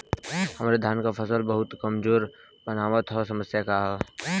हमरे धान क फसल बहुत कमजोर मनावत ह समस्या का ह?